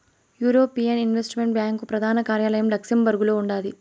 European investment bank ప్రదాన కార్యాలయం లక్సెంబర్గులో ఉండాది